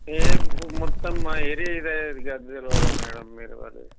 ఏమి మొత్తం మా ఏరియా ఇదే అది తెలియదా మ్యాడమ్ మీరు మరి